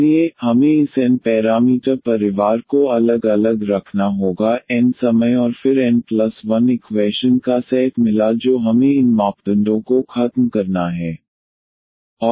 इसलिए हमें इस n पैरामीटर परिवार को अलग अलग रखना होगा n समय और फिर n 1 इक्वैशन का सेट मिला जो हमें इन मापदंडों को खत्म करना है